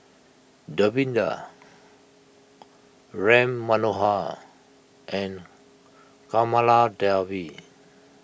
Davinder Ram Manohar and Kamaladevi